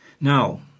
Now